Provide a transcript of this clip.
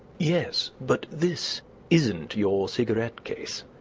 yes but this isn't your cigarette case.